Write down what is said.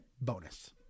bonus